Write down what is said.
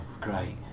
Great